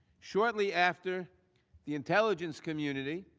shortly after the intelligence community